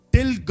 Till